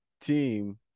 team